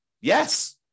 Yes